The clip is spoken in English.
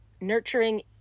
nurturing